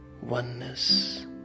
oneness